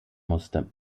musste